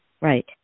Right